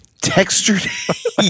textured